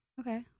Okay